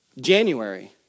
January